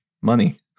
money